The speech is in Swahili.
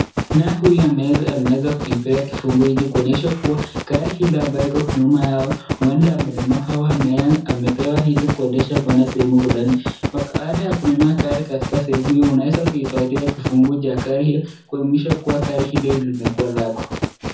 Naye huyu amweza kuipea kifunguo hiki kuonyesha gari hili ambayo iko nyuma yao huenda ameninunua au amepewa ili kuendesha kuenda sehemu. Baada ya kununua gari sehemu hiyo, unaweza kusaidiwa funguo za gari hiyo kuonyesha gari hilo limekuwa lako.